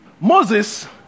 Moses